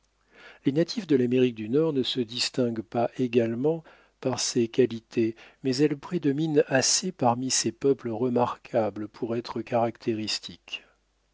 les natifs de l'amérique du nord ne se distinguent pas également par ces qualités mais elles prédominent assez parmi ces peuples remarquables pour être caractéristiques